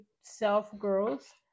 self-growth